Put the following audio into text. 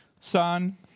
Son